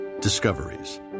Discoveries